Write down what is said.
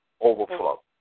overflow